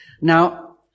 Now